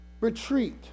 Retreat